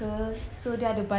then what did he say